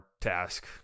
task